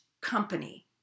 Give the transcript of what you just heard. company